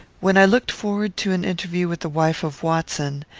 when i looked forward to an interview with the wife of watson,